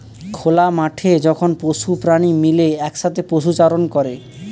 খোলা মাঠে যখন পশু প্রাণী মিলে একসাথে পশুচারণ করে